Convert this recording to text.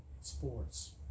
Sports